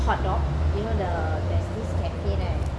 hot dog you know the there's this cafe right